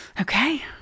Okay